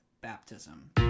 baptism